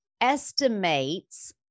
estimates